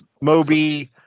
Moby